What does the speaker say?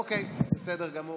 אוקיי, בסדר גמור,